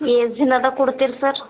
ಎಷ್ಟು ದಿನದಾಗ ಕೊಡ್ತೀರಿ ಸರ್